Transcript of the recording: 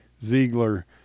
Ziegler